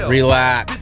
Relax